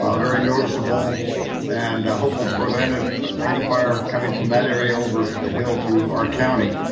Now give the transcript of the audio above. um very noticeable and hopeful preventive for any fire coming from that area over the hill to our county.